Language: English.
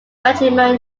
regiment